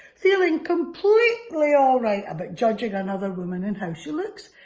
feeling completely alright about judging another woman in how she looks.